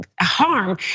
harm